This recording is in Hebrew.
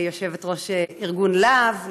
יושבת-ראש ארגון לה"ב,